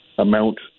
amount